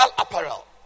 apparel